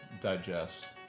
digest